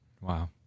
Wow